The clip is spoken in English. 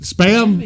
Spam